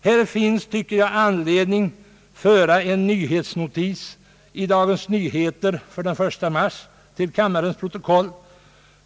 Här finns, tycker jag, anledning att föra en nyhetsnotis i Dagens Nyheter av den 1 mars till kammarens protokoll.